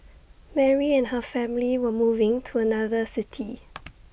Mary and her family were moving to another city